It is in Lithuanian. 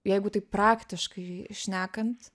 jeigu taip praktiškai šnekant